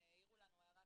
והבהרנו על מה הוא חל.